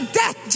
death